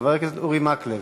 חבר הכנסת אורי מקלב.